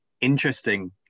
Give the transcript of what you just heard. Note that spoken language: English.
interesting